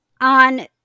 On